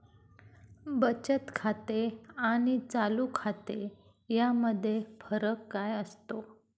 बचत खाते आणि चालू खाते यामध्ये फरक काय असतो?